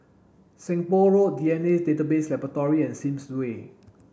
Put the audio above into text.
Seng Poh Road D N A Database Laboratory and Sims Way